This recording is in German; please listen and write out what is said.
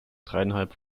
dreieinhalb